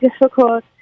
difficult